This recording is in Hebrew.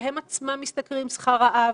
שהם עצמם משתכרים שכר רעב,